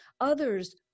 others